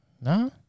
no